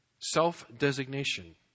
self-designation